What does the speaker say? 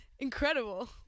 Incredible